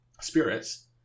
spirits